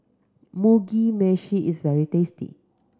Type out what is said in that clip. Mugi Meshi is very tasty